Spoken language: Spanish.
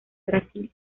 brasil